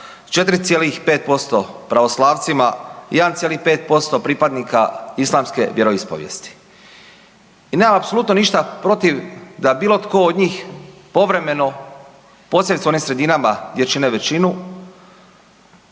4,5% pravoslavcima, 1,5% pripadnika islamske vjeroispovijesti. I nemam apsolutno ništa protiv da bilo tko od njih povremeno posebice u onim sredinama gdje čine većinu